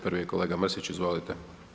Prvi je kolega Mrsić, izvolite.